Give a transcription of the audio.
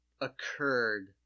occurred